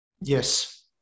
Yes